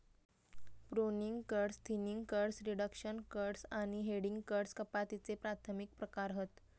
pruning cuts, thinning cuts, reduction cuts आणि heading cuts कपातीचे प्राथमिक प्रकार हत